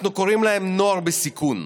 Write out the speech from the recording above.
אנחנו קוראים להם "נוער בסיכון",